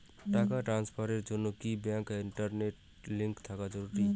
টাকা ট্রানস্ফারস এর জন্য কি ব্যাংকে ইন্টারনেট লিংঙ্ক থাকা জরুরি?